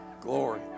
Glory